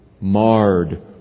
marred